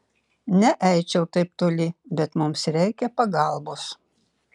neeičiau taip toli bet mums reikia pagalbos